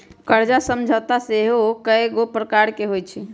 कर्जा समझौता सेहो कयगो प्रकार के होइ छइ